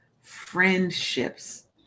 friendships